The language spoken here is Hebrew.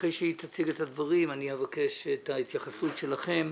אחרי שמירי תציג את הדברים אני אבקש את ההתייחסות שלכם.